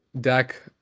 Dak